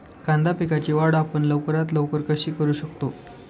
कांदा पिकाची वाढ आपण लवकरात लवकर कशी करू शकतो?